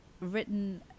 written